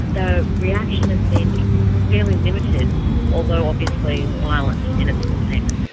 the reaction has been fairly limited although obviously violent in its containment.